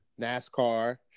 NASCAR